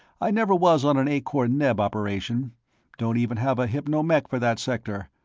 i never was on an akor-neb operation don't even have a hypno-mech for that sector.